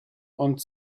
und